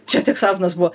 čia tik sapnas buvo